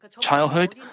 childhood